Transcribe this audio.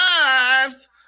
lives